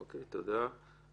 תודה.